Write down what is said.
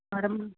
परं